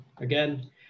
again